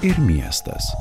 ir miestas